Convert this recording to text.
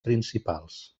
principals